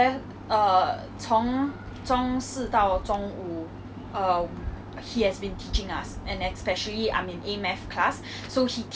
yes yes I do remember this one incident that happened to us like maybe in sec three or something